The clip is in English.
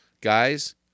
Guys